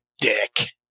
dick